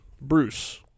Bruce